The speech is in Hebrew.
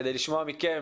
כדי לשמוע מכם